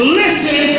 listen